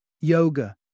Yoga